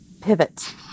pivot